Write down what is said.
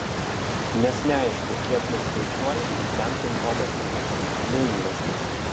nes neaišku kiek nuskaičiuoja ten pin kodas įvestas neįvestas